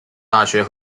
大学